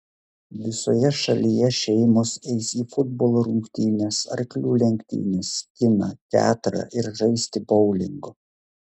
visoje šalyje šeimos eis į futbolo rungtynes arklių lenktynes kiną teatrą ir žaisti boulingo